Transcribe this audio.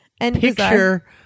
picture